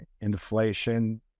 inflation